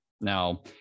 Now